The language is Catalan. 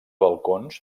balcons